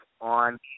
on